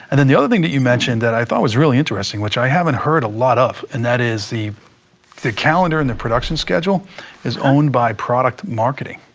and then the other thing that you mentioned that i thought was really interesting, which i haven't heard a lot of, and that is the the calendar and the production schedule is owned by product marketing.